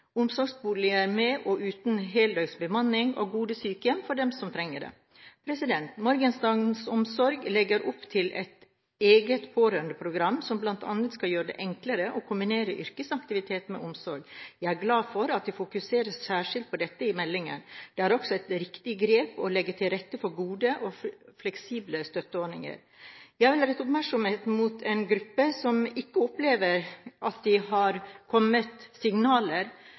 omsorgsboliger med og uten heldøgns bemanning og gode sykehjem for dem som trenger det. Morgendagens omsorg legger opp til et eget pårørendeprogram, som bl.a. skal gjøre det enklere å kombinere yrkesaktivitet med omsorg. Jeg er glad for at det fokuseres særskilt på dette i meldingen. Det er også et riktig grep å legge til rette for gode og fleksible støtteordninger. Jeg vil rette oppmerksomheten mot en gruppe som ikke opplever at det har kommet signaler